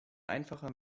einfacher